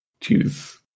choose